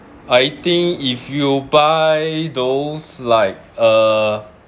I think if you buy those like uh